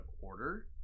order